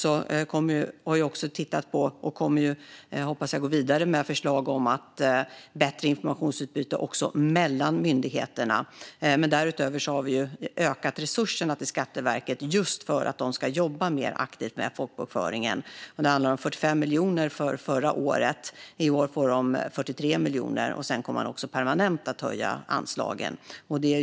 Vi har också tittat på, och kommer förhoppningsvis att gå vidare med, förslag om bättre informationsutbyte också mellan myndigheterna. Därutöver har vi utökat resurserna till Skatteverket just för att arbeta mer aktivt med folkbokföringen. Det handlar om 45 miljoner för förra året. I år får man 43 miljoner, och sedan kommer anslagen att höjas permanent.